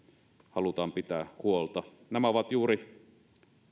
halutaan pitää huolta nämä ovat juuri